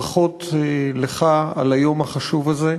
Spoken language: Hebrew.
ברכות לך על היום החשוב הזה.